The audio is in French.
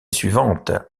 suivante